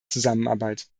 zusammenarbeit